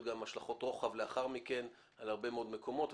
להיות לו גם השלכות רוחב לאחר מכן על הרבה מאוד מקומות.